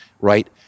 Right